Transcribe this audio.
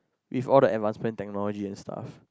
with all the advanced spend technology and stuff